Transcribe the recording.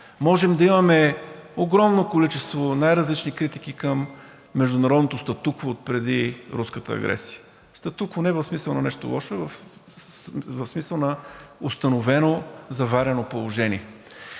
Можем да имаме огромно количество най-различни критики към международното статукво от преди руската агресия. Статукво не в смисъл на нещо лошо, а в смисъл на установено заварено положение,